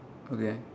okay